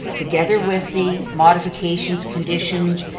together with the modifications, conditions,